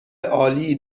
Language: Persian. عالی